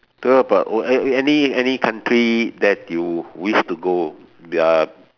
talk about eh any any country that you wish to go ya